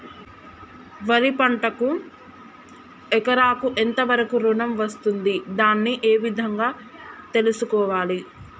వరి పంటకు ఎకరాకు ఎంత వరకు ఋణం వస్తుంది దాన్ని ఏ విధంగా తెలుసుకోవాలి?